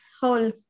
whole